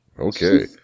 okay